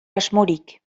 asmorik